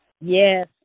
Yes